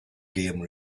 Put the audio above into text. game